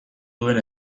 duen